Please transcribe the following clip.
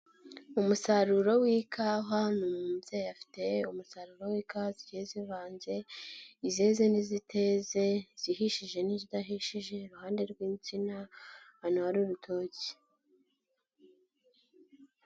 Umusaruro w'ikawa, ni umubyeyi afite umusaruro w'ika zigiye zivanze izeze n'iziteze, izihishije n'izidahishije, iruhande rw'insina, ahantu hari urutoki.